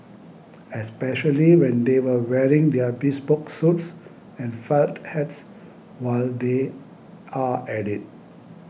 especially when they were wearing their bespoke suits and felt hats while they are at it